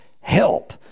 help